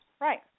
Right